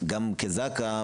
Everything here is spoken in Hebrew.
גם כזק"א,